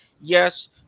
Yes